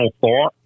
thought